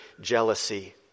jealousy